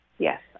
Yes